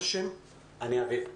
אני אביב,